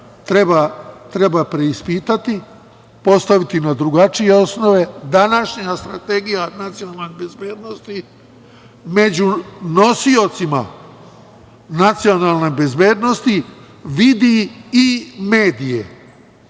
treba preispitati, postaviti na drugačije osnove. Današnja strategija nacionalne bezbednosti među nosiocima nacionalne bezbednosti vidi i medije,